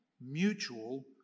mutual